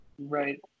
Right